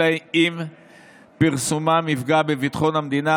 אלא אם כן פרסומם יפגע בביטחון המדינה,